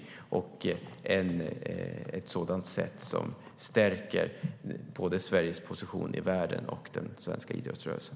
Vi ska göra det på ett sådant sätt som stärker både Sveriges position i världen och den svenska idrottsrörelsen.